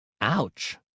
Ouch